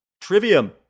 Trivium